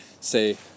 say